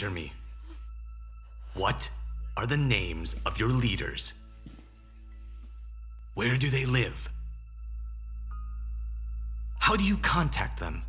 answer me what are the names of your leaders here do they live how do you contact them